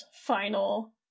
final